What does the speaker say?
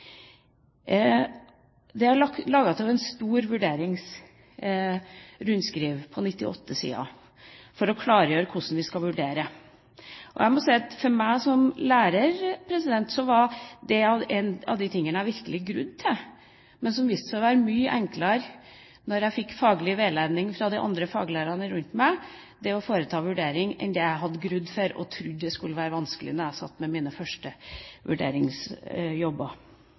Det er laget et stort vurderingsrundskriv på 98 sider for å klargjøre hvordan vi skal vurdere elevene. Jeg må si at for meg som lærer var det én av de tingene jeg virkelig grudde meg til, men som viste seg å være mye enklere når jeg fikk faglig veiledning fra de andre faglærerne rundt meg – jeg hadde grudd meg og trodde det skulle være vanskelig da jeg satt med mine første vurderingsjobber.